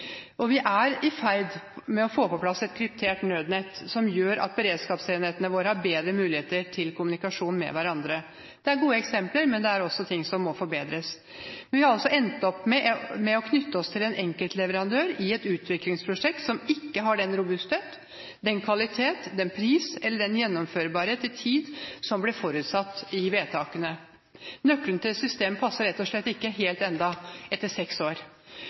og vi er i ferd med å få på plass et kryptert nødnett som gjør at beredskapsenhetene våre har bedre muligheter til kommunikasjon med hverandre. Det er gode eksempler, men det er også ting som må forbedres. Men vi har altså endt opp med å knytte oss til en enkeltleverandør i et utviklingsprosjekt som ikke har den robusthet, den kvalitet, den pris eller den gjennomførbarhet i tid som ble forutsatt i vedtakene. Nøklene til systemet passer rett og slett ikke helt ennå etter seks år.